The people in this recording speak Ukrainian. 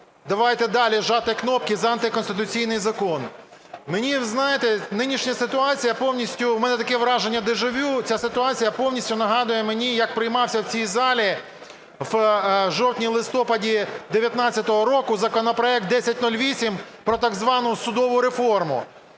Давайте далі жати кнопки за антиконституційний закон. Мені, знаєте, нинішня ситуація повністю… у мене таке враження дежавю, ця ситуація повністю нагадує мені, як приймався в цій залі в жовтні-листопаді 19-го року законопроект 1008 про так звану судову реформу.